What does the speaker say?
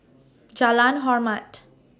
Jalan Hormat